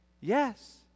Yes